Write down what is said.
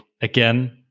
again